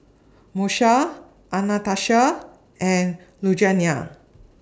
Moesha Anastacia and Lugenia